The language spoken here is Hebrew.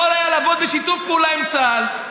יכול היה לעבוד בשיתוף פעולה עם צה"ל,